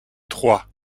trois